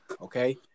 Okay